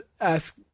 ask